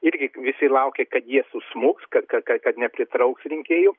irgi visi laukė kad jie susmuks kad kad kad kad nepritrauks rinkėjų